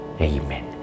Amen